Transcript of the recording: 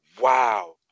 wow